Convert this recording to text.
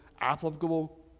applicable